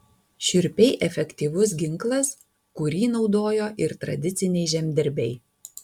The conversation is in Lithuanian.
šiurpiai efektyvus ginklas kurį naudojo ir tradiciniai žemdirbiai